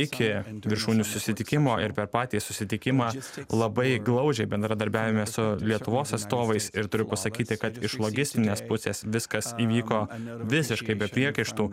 iki viršūnių susitikimo ir per patį susitikimą labai glaudžiai bendradarbiaujame su lietuvos atstovais ir turiu pasakyti kad iš logistinės pusės viskas įvyko visiškai be priekaištų